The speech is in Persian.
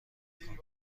میکنیم